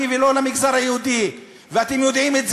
ואתם יודעים שהחוקים האלה מיועדים רק למגזר הערבי ולא למגזר היהודי.